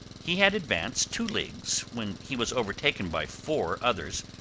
he had advanced two leagues when he was overtaken by four others,